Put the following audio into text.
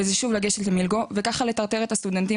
וזה שוב ללכת ל"מילגו" וככה לטרטר את הסטודנטים